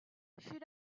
should